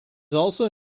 also